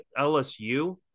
LSU